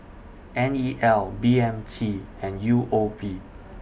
N E L B M T and U O B